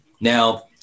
Now